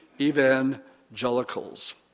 evangelicals